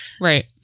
Right